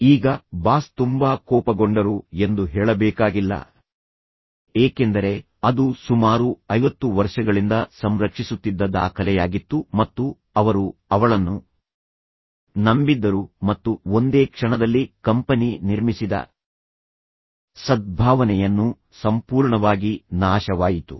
ಈಗ ಬಾಸ್ ತುಂಬಾ ಕೋಪಗೊಂಡರು ಎಂದು ಹೇಳಬೇಕಾಗಿಲ್ಲ ಏಕೆಂದರೆ ಅದು ಸುಮಾರು 50 ವರ್ಷಗಳಿಂದ ಸಂರಕ್ಷಿಸುತ್ತಿದ್ದ ದಾಖಲೆಯಾಗಿತ್ತು ಮತ್ತು ಅವರು ಅವಳನ್ನು ನಂಬಿದ್ದರು ಮತ್ತು ಒಂದೇ ಕ್ಷಣದಲ್ಲಿ ಕಂಪನಿ ನಿರ್ಮಿಸಿದ ಸದ್ಭಾವನೆಯನ್ನು ಸಂಪೂರ್ಣವಾಗಿ ನಾಶವಾಯಿತು